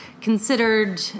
considered